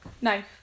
Knife